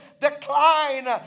decline